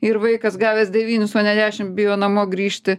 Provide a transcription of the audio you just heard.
ir vaikas gavęs devynis o ne dešim bijo namo grįžti